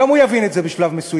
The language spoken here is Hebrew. גם הוא יבין את זה בשלב מסוים.